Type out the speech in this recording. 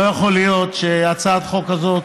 לא יכול להיות שהצעת חוק כזאת,